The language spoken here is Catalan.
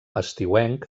estiuenc